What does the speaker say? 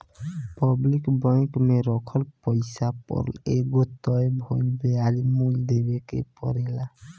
public bank में राखल पैसा पर एगो तय भइल ब्याज मूल्य देवे के परेला